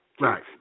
Right